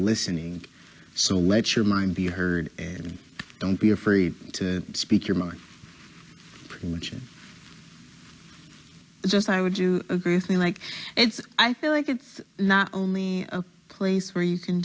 listening so let your mind be heard and don't be afraid to speak your mind which is just i would you agree with me like it's i feel like it's not only a place where you can